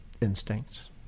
instincts